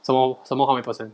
so 什么 how many percent